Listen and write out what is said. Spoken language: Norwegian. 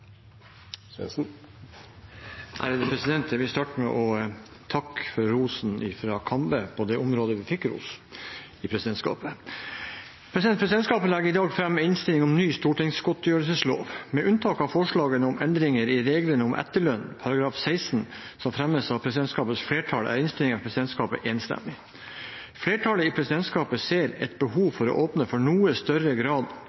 Jeg vil starte med å takke for rosen fra Kambe på det området presidentskapet fikk ros. Presidentskapet legger i dag fram innstilling om ny stortingsgodtgjørelseslov. Med unntak av forslaget om endringer i reglene om etterlønn i § 16 som fremmes av presidentskapets flertall, er innstillingen fra presidentskapet enstemmig. Flertallet i presidentskapet ser et behov for å åpne for noe større grad